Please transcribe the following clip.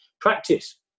Practice